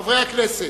חברי הכנסת,